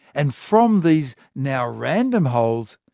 and from these now-random holes,